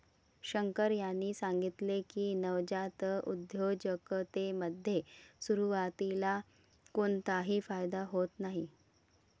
शंकर यांनी सांगितले की, नवजात उद्योजकतेमध्ये सुरुवातीला कोणताही फायदा होत नाही